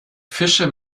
fische